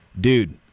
dude